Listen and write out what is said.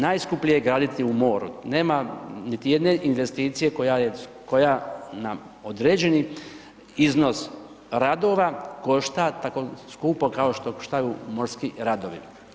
Najskuplje je graditi u moru, nema niti jedne investicije koja je, koja na određeni iznos radova košta tako skupo kao što koštaju morski radovi.